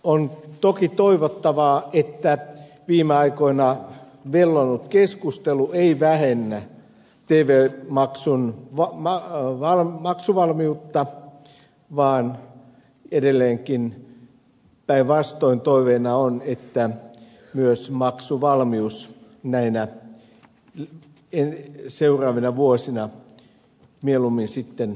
on toki toivottavaa että viime aikoina vellonut keskustelu ei vähennä tv maksun maksuvalmiutta vaan edelleenkin päinvastoin toiveena on että myös maksuvalmius näinä seuraavina vuosina mieluummin kasvaisi